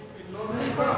היא לא נימקה.